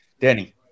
Danny